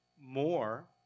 more